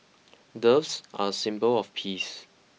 doves are symbol of peace